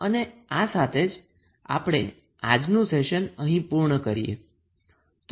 અને આ સાથે જ આપણે આજનું આ સેશન અહીં પુર્ણ કરીએ